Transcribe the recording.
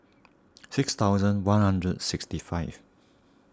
six thousand one hundred sixty five